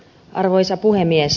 arvoisa puhemies